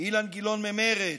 אילן גילאון ממרצ,